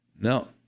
No